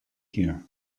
here